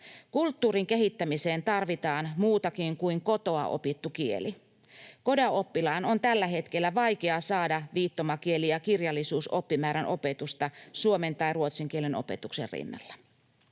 Kulttuurin kehittämiseen tarvitaan muutakin kuin kotoa opittu kieli. CODA-oppilaan on tällä hetkellä vaikea saada viittomakieli- ja kirjallisuusoppimäärän opetusta suomen tai ruotsin kielen opetuksen rinnalla.